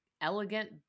elegant